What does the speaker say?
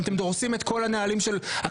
אתם דורסים את כל הנהלים של הכנסת,